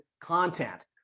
content